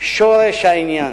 שורש העניין.